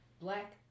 black